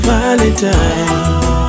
Valentine